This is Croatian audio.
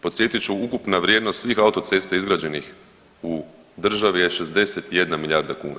Podsjetit ću ukupna vrijednost svih autocesta izgrađenih u državi je 61 milijarda kuna.